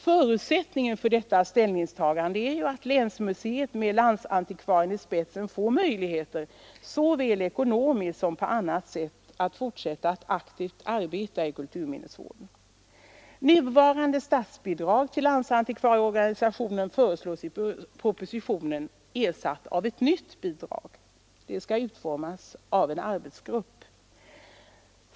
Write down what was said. Förutsättningen för detta ställningstagande är att länsmuseet med landsantikvarien i spetsen får möjligheter såväl ekonomiskt som på annat sätt att fortsätta att effektivt arbeta i kulturminnesvården. Nuvarande statsbidrag till landsantikvarieorganisationen föreslås i propositionen ersatt av ett nytt bidrag. Detta skall utformas av en arbetsgrupp.